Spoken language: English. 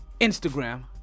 Instagram